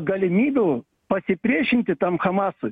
galimybių pasipriešinti tam hamasui